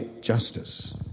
justice